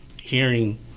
hearing